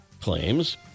claims